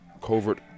covert